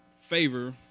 favor